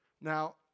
now